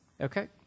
Okay